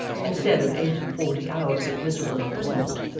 instead of eight-and-forty hours of miserable imprisonment,